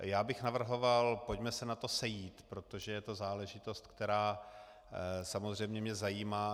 Já bych navrhoval, pojďme se na to sejít, protože je to záležitost, která mě samozřejmě zajímá.